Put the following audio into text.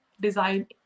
design